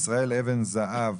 ישראל אבן זהב,